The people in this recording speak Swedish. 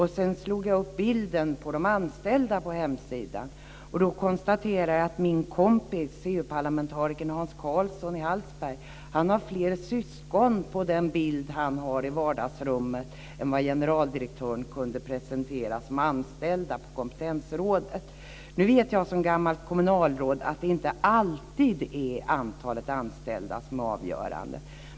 Jag slog upp bilden på de anställda på hemsidan. Då konstaterade jag att min kompis, EU-parlamentarikern Hans Karlsson i Hallsberg, har fler syskon på den bild han har i vardagsrummet än vad generaldirektören kunde presentera som anställda på Kompetensrådet. Nu vet jag som gammalt kommunalråd att det inte alltid är antalet anställda som är avgörande.